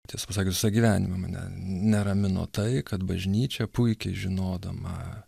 tiesą pasakius visą gyvenimą mane neramino tai kad bažnyčia puikiai žinodama